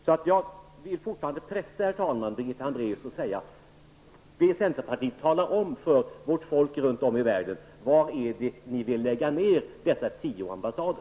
Jag vill alltså fortfarande, herr talman, pressa Birgitta Hambraeus på ett besked. Vill centerpartiet tala om för vårt folk runt om i världen var ni vill lägga ned dessa tio ambassader?